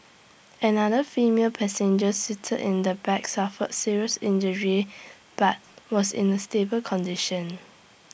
another female passenger seated in the back suffered serious injuries but was in A stable condition